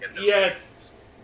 Yes